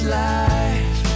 life